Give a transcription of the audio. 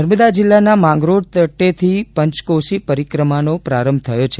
નર્મદા જિલ્લાના માંગરોળ તટેથી પંચકોષી પરિક્રમાનો આરંભ થયો છે